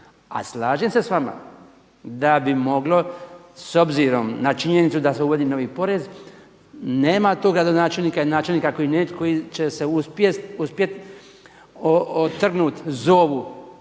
A slažem se s vama da bi moglo s obzirom na činjenicu da se uvodi novi porez, nema toga donačelnika i načelnika koji netko će se uspjeti otrgnuti zovu